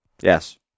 Yes